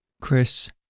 Chris